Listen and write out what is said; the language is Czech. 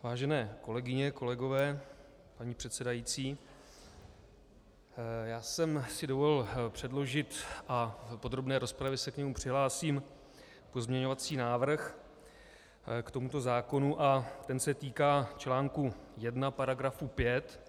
Vážené kolegyně, kolegové, paní předsedající, já jsem si dovolil předložit a v podrobné rozpravě se k němu přihlásím pozměňovací návrh k tomuto zákonu a ten se týká článku 1 § 5.